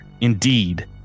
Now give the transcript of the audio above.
indeed